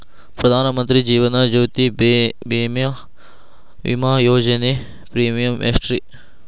ಪ್ರಧಾನ ಮಂತ್ರಿ ಜೇವನ ಜ್ಯೋತಿ ಭೇಮಾ, ವಿಮಾ ಯೋಜನೆ ಪ್ರೇಮಿಯಂ ಎಷ್ಟ್ರಿ?